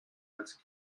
als